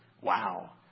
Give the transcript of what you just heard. Wow